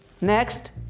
Next